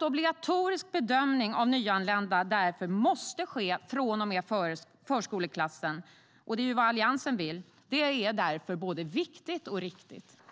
år. Obligatorisk bedömning av nyanlända måste därför ske från och med förskoleklassen. Det är alltså vad Alliansen vill. Det är både viktigt och riktigt.